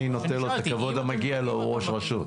אני נותן לו את הכבוד המגיע לו, הוא ראש רשות.